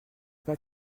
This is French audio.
pas